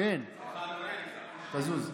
כן, תזוז.